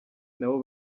nabo